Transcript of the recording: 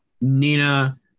Nina